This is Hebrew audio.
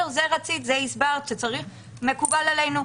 הסברת וזה מקובל עלינו.